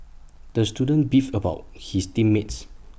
the student beefed about his team mates